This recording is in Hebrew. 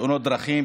בתאונות דרכים,